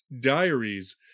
Diaries